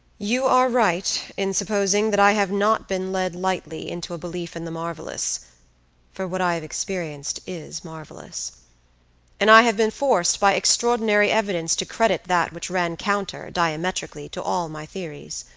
you are right in supposing that i have not been led lightly into a belief in the marvelous for what i have experienced is marvelous and i have been forced by extraordinary evidence to credit that which ran counter, diametrically, to all my theories.